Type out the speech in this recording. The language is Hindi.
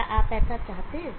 क्या आप यह चाहते हैं